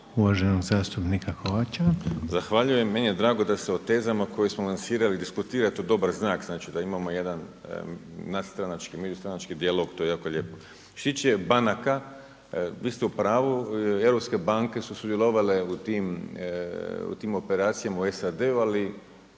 **Kovač, Miro (HDZ)** Zahvaljujem. Meni je drago da se o tezama koje smo lansirali diskutira to je dobar znak, znači da imamo jedan nadstranački, međustranački dijalog. To je jako lijepo. Što se tiče banaka vi ste u pravu. Europske banke su sudjelovale u tim operacijama u SAD-u, ali